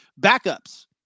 backups